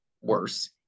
worse